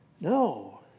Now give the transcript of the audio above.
No